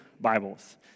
Bibles